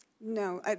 No